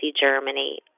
Germany